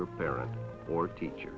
your parent or teacher